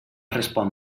respon